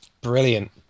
Brilliant